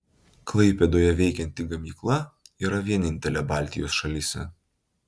klaipėdoje veikianti gamykla yra vienintelė baltijos šalyse